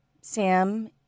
Sam